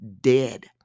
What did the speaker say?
dead